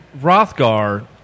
Rothgar